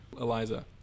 Eliza